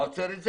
מה עוצר את זה?